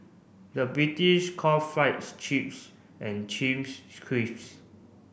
the British call fries chips and chips scrips